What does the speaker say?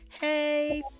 Hey